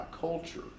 culture